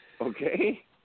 Okay